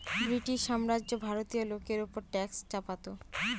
British সাম্রাজ্য ভারতীয় লোকের ওপর ট্যাক্স চাপাতো